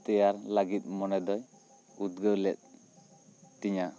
ᱛᱮᱭᱟᱨ ᱞᱟᱹᱜᱤᱫ ᱢᱚᱱᱮ ᱫᱚᱭ ᱩᱫᱜᱟᱹᱣ ᱞᱮᱫ ᱛᱤᱧᱟ